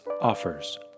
Offers